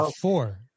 four